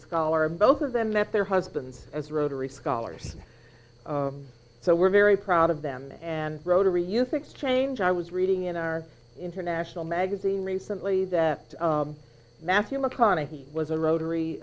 scholar both of them that their husbands as rotary scholars so we're very proud of them and rotary youth exchange i was reading in our international magazine recently that matthew mcconaughey he was a rotary